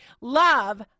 Love